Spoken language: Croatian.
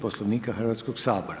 Poslovnika hrvatskog sabora.